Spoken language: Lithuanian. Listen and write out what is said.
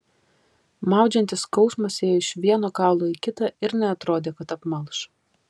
maudžiantis skausmas ėjo iš vieno kaulo į kitą ir neatrodė kad apmalš